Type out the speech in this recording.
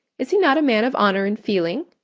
is he not a man of honour and feeling?